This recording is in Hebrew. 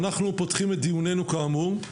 אנחנו פותחים את דיוננו כאמור,